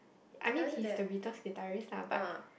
I mean he is the middle retirees lah but